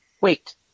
Wait